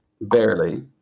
barely